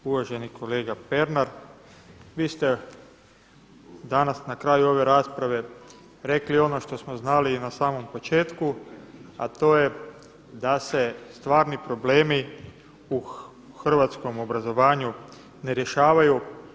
Uvaženi kolega Pernar vi ste danas na kraju ove rasprave rekli ono što smo znali i na samom početku a to je da se stvarni problemi u hrvatskom obrazovanju ne rješavaju.